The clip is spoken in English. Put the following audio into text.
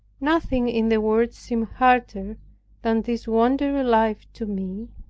nothing in the world seemed harder than this wandering life to me,